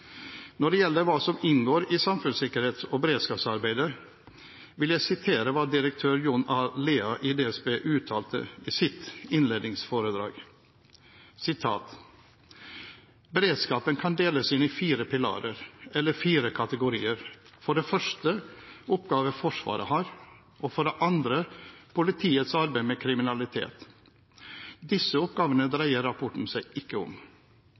Når det gjelder hva som inngår i samfunnssikkerhets- og beredskapsarbeidet, vil jeg sitere hva direktør Jon A. Lea i DSB uttalte i sitt innledningsforedrag: «Beredskapen i Norge kan deles inn i fire pilarer, eller fire kategorier: for det første oppgaver Forsvaret har, og for det andre politiets arbeid med kriminalitet – disse to oppgavene dreier denne rapporten seg ikke om.